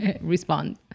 respond